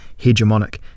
hegemonic